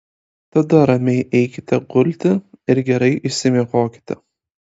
tada ramiai eikite gulti ir gerai išsimiegokite